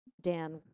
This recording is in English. Dan